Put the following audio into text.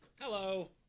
hello